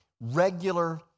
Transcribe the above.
regular